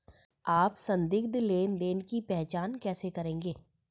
आप संदिग्ध लेनदेन की पहचान कैसे करेंगे?